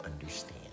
understand